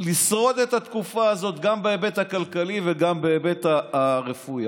לשרוד את התקופה הזאת גם בהיבט הכלכלי וגם בהיבט הרפואי.